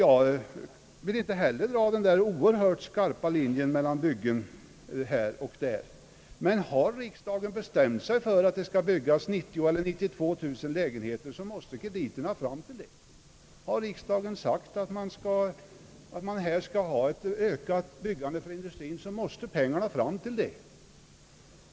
Jag vill inte heller dra någon mycket skarp linje mellan olika slag av byggen. Men om riksdagen har bestämt sig för att det skall byggas 90000 eller 92 000 lägenheter, måste krediterna fram till det. Och har riksdagen sagt att man skall ha ett ökat byggande för industrien, måste pengarna fram också till det.